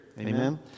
amen